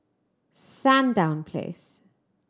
Sandown Place